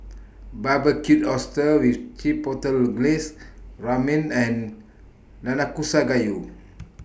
Barbecued Oysters with Chipotle Glaze Ramen and Nanakusa Gayu